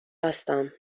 هستم